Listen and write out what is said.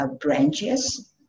branches